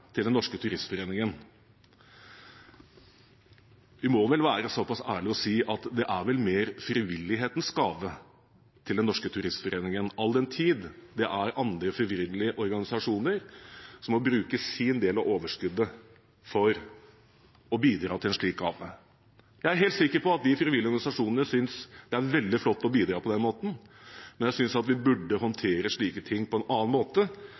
til Den Norske Turistforening. Vi må vel være såpass ærlige og si at det er mer frivillighetens gave til Den Norske Turistforening, all den tid det er andre frivillige organisasjoner som må bruke sin del av overskuddet for å bidra til en slik gave. Jeg er helt sikker på at de frivillige organisasjonene synes det er veldig flott å bidra på den måten, men jeg synes at vi burde håndtere slike ting på en annen måte,